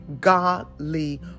godly